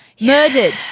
Murdered